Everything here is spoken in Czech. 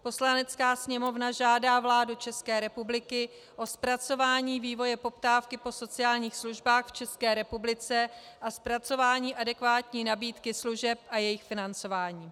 Poslanecká sněmovna žádá vládu České republiky o zpracování vývoje poptávky po sociálních službách v České republice a zpracování adekvátní nabídky služeb a jejich financování.